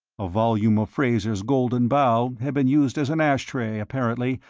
a volume of fraser's golden bough had been used as an ash tray, apparently,